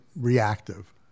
reactive